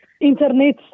internet